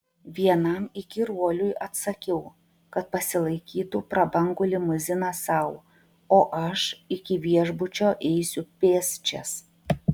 vienam įkyruoliui atsakiau kad pasilaikytų prabangų limuziną sau o aš iki viešbučio eisiu pėsčias